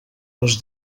les